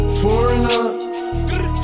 foreigner